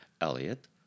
Elliot